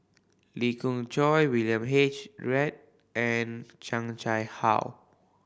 Lee Khoon Choy William H Read and Chan Chang How